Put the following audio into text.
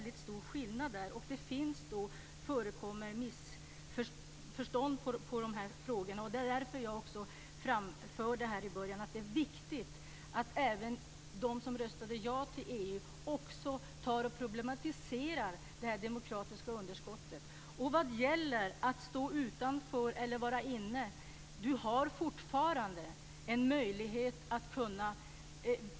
Det förekommer missförstånd i de här frågorna. Det var därför jag i början här framförde att det är viktigt att även de som röstade ja till EU tar och problematiserar det här demokratiska underskottet. Sedan gäller det detta med att stå utanför eller vara inne. Du har fortfarande en möjlighet.